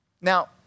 Now